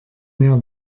mehr